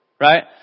Right